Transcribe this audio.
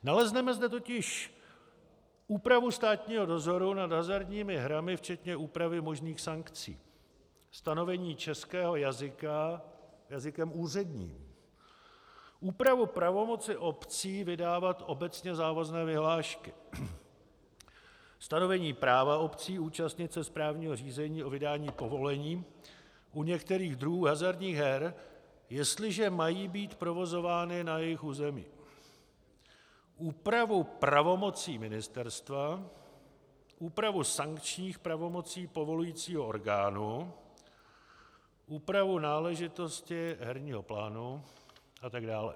Nalezneme zde totiž úpravu státního dozoru nad hazardními hrami včetně úpravy možných sankcí, stanovení českého jazyka jazykem úředním, úpravu pravomoci obcí vydávat obecně závazné vyhlášky, stanovení práva obcí účastnit se správního řízení o vydání povolení u některých druhů hazardních her, jestliže mají být provozovány na jejich území, úpravu pravomocí ministerstva, úpravu sankčních pravomocí povolujícího orgánu, úpravu náležitostí herního plánu, atd.